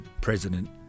president